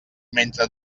mentre